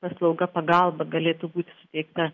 paslauga pagalba galėtų būti suteikta